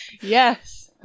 Yes